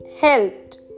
helped